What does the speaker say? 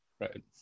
Right